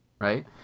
right